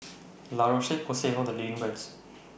La Roche Porsay one of The leading brands